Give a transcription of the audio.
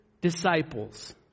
disciples